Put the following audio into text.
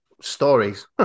stories